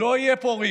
לא יהיה פה ריק,